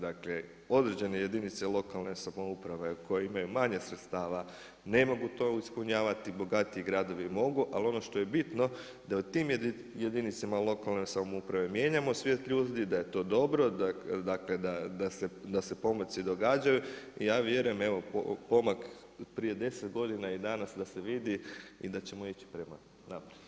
Dakle određene jedinice lokalne samouprave koje imaju manje sredstava ne mogu to ispunjavati, bogatiji gradovi mogu, ali ono što je bitno da u tim jedinicama lokalne samouprave mijenjamo svijest ljudi da je to dobro, da se pomaci događaju i ja vjerujem evo pomak prije deset godina i danas da se vidi i da ćemo ići prema naprijed.